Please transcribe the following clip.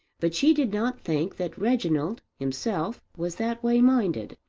but she did not think that reginald himself was that way minded,